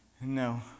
No